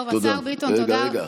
השר ביטון, תודה, רגע, רגע.